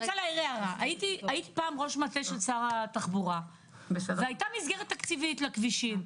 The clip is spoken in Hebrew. הייתי פעם ראש מטה של משרד התחבורה והייתה מסגרת תקציבית לכבישים.